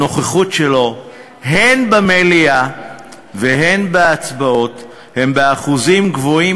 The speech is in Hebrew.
הנוכחות שלו הן במליאה והן בהצבעות היא בשיעורים גבוהים